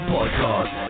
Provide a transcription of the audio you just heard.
Podcast